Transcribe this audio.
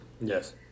Yes